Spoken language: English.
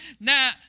Now